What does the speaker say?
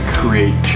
create